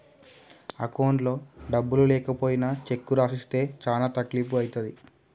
అకౌంట్లో డబ్బులు లేకపోయినా చెక్కు రాసిస్తే చానా తక్లీపు ఐతది